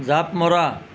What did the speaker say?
জাঁপ মৰা